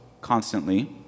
constantly